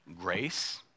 Grace